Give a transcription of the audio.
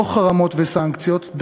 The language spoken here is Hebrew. לא חרמות וסנקציות,